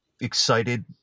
excited